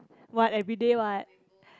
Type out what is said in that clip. what everyday what